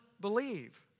believe